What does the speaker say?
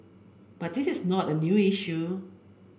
but this is not a new issue